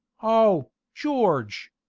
oh, george!